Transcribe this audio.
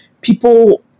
people